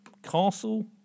Castle